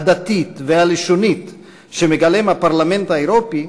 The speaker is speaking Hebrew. הדתית והלשונית שמגלם הפרלמנט האירופי,